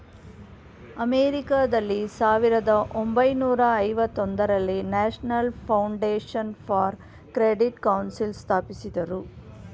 ಅಮೆರಿಕಾದಲ್ಲಿ ಸಾವಿರದ ಒಂಬೈನೂರ ಐವತೊಂದರಲ್ಲಿ national foundation for credit council ಸ್ಥಾಪಿಸಿದರು